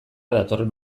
datorren